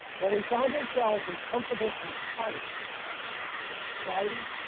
when we find ourselves in comfortable compliance with society